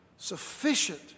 sufficient